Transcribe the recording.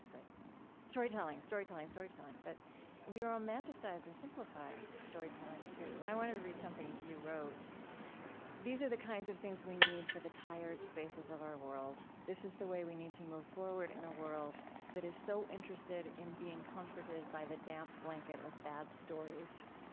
it's like storytelling, storytelling, storytelling. but we romanticize and simplify storytelling too i wanted to read something you wrote these are the kind of things we need for the tired spaces of our world. this is the way we need to move forward in a world that is so interested in being comforted by the damp blanket of bad stories.